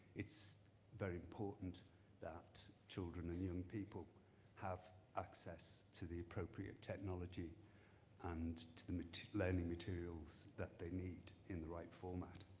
it's very important that children and young people have access to the appropriate technology and to the learning materials that they need in the right format.